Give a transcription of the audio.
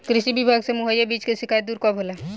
कृषि विभाग से मुहैया बीज के शिकायत दुर कब होला?